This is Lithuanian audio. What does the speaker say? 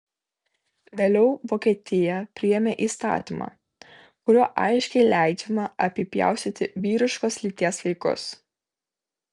vėliau vokietija priėmė įstatymą kuriuo aiškiai leidžiama apipjaustyti vyriškos lyties vaikus